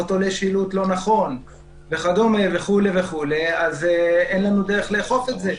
תולה שילוט לא נכון וכדומה אין לנו דרך לאכוף את זה.